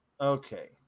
okay